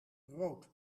rood